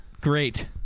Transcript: Great